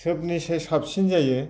सोबनिख्रुइ साबसिन जायो